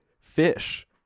fish